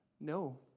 No